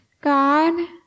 God